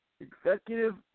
Executive